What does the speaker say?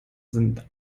sind